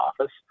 office